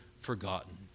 forgotten